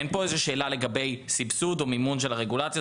אין פה איזו שאלה לגבי סבסוד או מימון של הרגולציה,